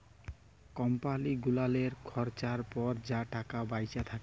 কম্পালি গুলালের খরচার পর যা টাকা বাঁইচে থ্যাকে